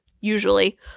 usually